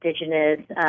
indigenous